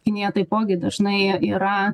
kinija taipogi dažnai yra